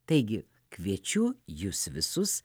taigi kviečiu jus visus